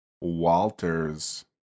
Walter's